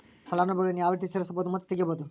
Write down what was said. ಫಲಾನುಭವಿಗಳನ್ನು ಯಾವ ರೇತಿ ಸೇರಿಸಬಹುದು ಮತ್ತು ತೆಗೆಯಬಹುದು?